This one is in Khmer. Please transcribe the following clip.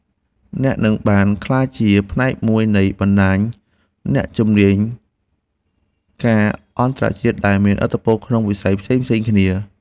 អ្នកនឹងបានក្លាយជាផ្នែកមួយនៃបណ្តាញអ្នកជំនាញការអន្តរជាតិដែលមានឥទ្ធិពលក្នុងវិស័យផ្សេងៗគ្នា។